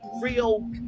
real